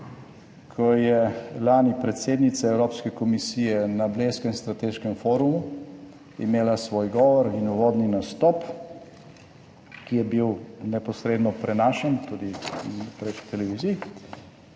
Ko je lani predsednica Evropske komisije na Blejskem strateškem forumu imela svoj govor in uvodni nastop, ki je bil neposredno prenašan tudi preko televizij,